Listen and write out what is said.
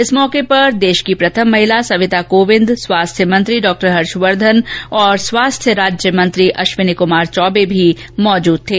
इस अवसर पर देश की प्रथम महिला संविता कोविंद स्वास्थ्य मंत्री डॉक्टर हर्षवर्धन और स्वास्थ्य राज्य मंत्री अश्विनी कुमार चौबे भी उपस्थित थे